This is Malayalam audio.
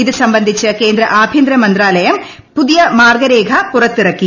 ഇതു സംബന്ധിച്ച് കേന്ദ്ര ആഭ്യന്തര മന്ത്രാലയം പുതിയ മാർഗ്ഗരേഖ പുറത്തിറക്കി